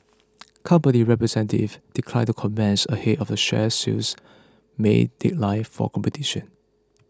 company representative declined the comments ahead of the share sale's May deadline for completion